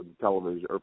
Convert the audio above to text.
television